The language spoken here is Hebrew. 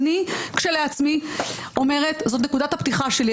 וזאת נקודת הפתיחה שלי,